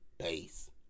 Peace